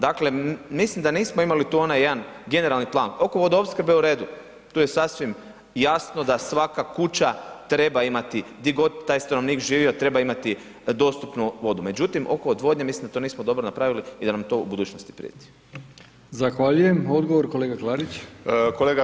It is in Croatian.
Dakle, mislim da nismo imali tu onaj jedan generalni plan, oko vodoopskrbe u redu, tu je sasvim jasno da svaka kuća treba imati, di god taj stanovnik živio, treba imati dostupnu vodu, međutim, oko odvodnje mislim da to nismo dobro napravili i da nam to u budućnosti prijeti.